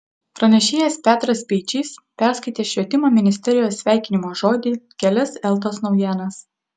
pranešėjas petras speičys perskaitė švietimo ministerijos sveikinimo žodį kelias eltos naujienas